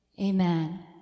Amen